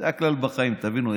זה הכלל בחיים, תבינו.